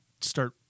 start